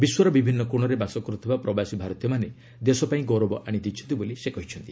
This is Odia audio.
ବିଶ୍ୱର ବିଭିନ୍ନ କୋଣରେ ବାସ କରୁଥିବା ପ୍ରବାସୀ ଭାରତୀୟମାନେ ଦେଶପାଇଁ ଗୌରବ ଆଶିଦେଇଛନ୍ତି ବୋଲି ସେ କହିଛନ୍ତି